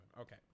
Okay